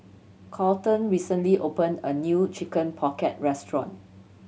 Colton recently opened a new Chicken Pocket restaurant